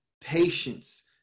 patience